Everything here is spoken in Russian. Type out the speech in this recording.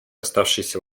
оставшиеся